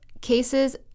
cases